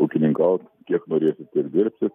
ūkininkaut kiek norėsi tiek dirbsi